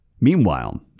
Meanwhile